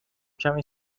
کمی